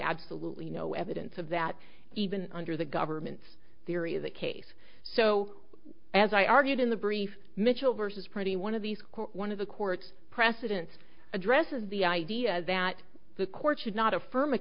absolutely no evidence of that even under the government's theory of the case so as i argued in the brief mitchell versus pretty one of these one of the court's precedents addresses the idea that the court should not affirm